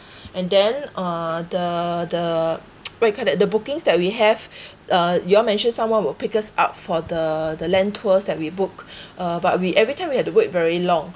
and then uh the the what you call that the bookings that we have uh you all mentioned someone will pick us up for the the land tours that we booked uh but we every time we had to wait very long